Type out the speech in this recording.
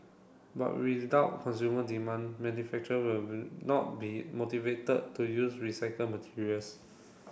but without consumer demand manufacturer will not be motivated to use recycled materials